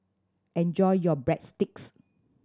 enjoy your Breadsticks